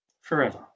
forever